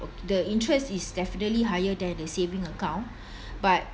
the interest is definitely higher than the saving account but